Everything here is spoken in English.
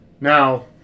now